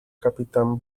capitán